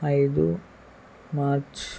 ఐదు మార్చ్